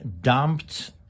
dumped